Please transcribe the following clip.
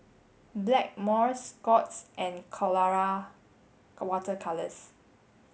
Blackmores Scott's and Colora water colors